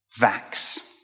vax